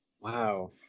Wow